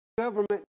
government